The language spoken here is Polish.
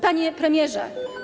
Panie Premierze!